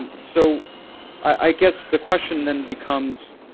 and so i guess the question then becomes,